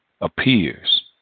Appears